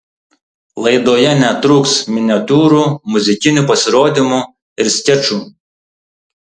laidoje netruks miniatiūrų muzikinių pasirodymų ir skečų